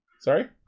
Sorry